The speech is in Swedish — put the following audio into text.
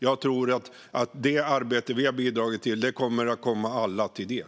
Jag tror att det arbete vi har bidragit till kommer att komma alla till del.